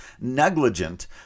negligent